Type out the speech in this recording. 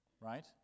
right